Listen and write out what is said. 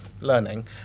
learning